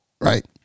right